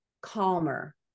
calmer